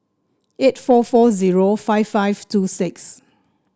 eight four four zero five five two six